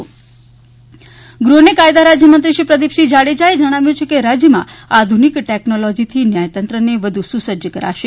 court Jadeja ગૃહ અને કાયદા રાજ્યમંત્રી શ્રી પ્રદિપસિંહ જાડેજાએ જણાવ્યું છે કે રાજ્યમાં આધુનિક ટેકનોલોજીથી ન્યાયતંત્રને વધુ સુ સજ્જ કરાશે